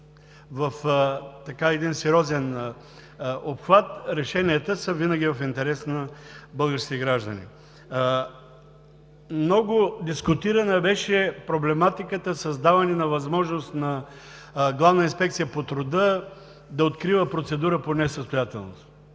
в един сериозен обхват, решенията са винаги в интерес на българските граждани. Много дискутирана беше проблематиката за даване на възможност на Главна инспекция по труда да открива процедура по несъстоятелност.